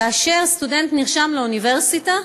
כאשר סטודנט נרשם לאוניברסיטה,